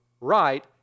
right